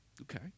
Okay